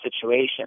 situation